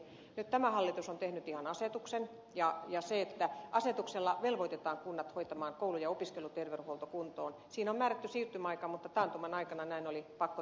nyt tämä hallitus on tehnyt ihan asetuksen ja siinä että asetuksella velvoitetaan kunnat hoitamaan koulu ja opiskeluterveydenhuolto kuntoon on määrätty siirtymäaika mutta taantuman aikana näin oli pakko tehdä antaa siirtymäaika